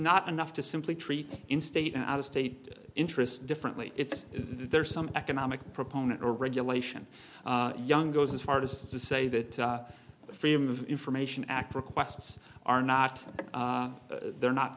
not enough to simply treat in state and out of state interests differently it's there some economic proponent or regulation young goes as far as to say that the freedom of information act requests are not they're not